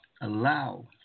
allow